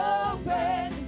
open